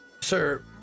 sir